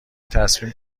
تصمیم